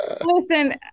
Listen